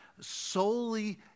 solely